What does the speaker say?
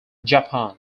japan